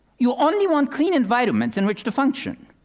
you only want clean environments in which to function.